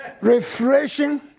Refreshing